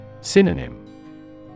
synonym